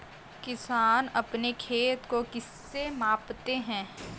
किसान अपने खेत को किससे मापते हैं?